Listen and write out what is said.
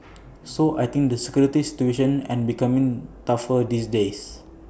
so I think the security situation is becoming tougher these days